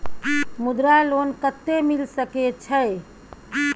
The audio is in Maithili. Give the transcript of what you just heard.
मुद्रा लोन कत्ते मिल सके छै?